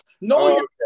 no